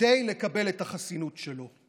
כדי לקבל את החסינות שלו.